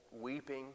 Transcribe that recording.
weeping